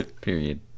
period